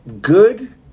good